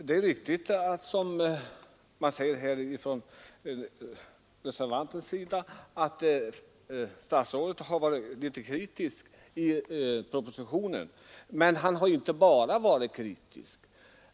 Fru talman! Det är riktigt som reservanten här säger att statsrådet har varit litet kritisk i propositionen, men han har inte bara varit kritisk.